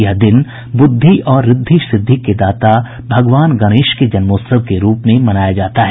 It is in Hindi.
यह दिन बुद्धि और ऋद्धि सिद्धि के दाता भगवान गणेश के जन्मोत्सव के रूप में मनाया जाता है